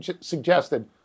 suggested